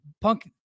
punk